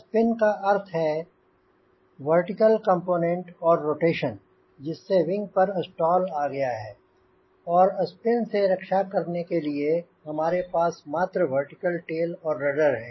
spin का अर्थ है वर्टिकल कॉम्पोनेंट और रोटेशन जिससे विंग पर स्टॉल आ गया है और स्पिन से रक्षा के लिए हमारे पास मात्र वर्टिकल टेल और रडर है